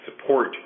support